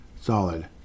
solid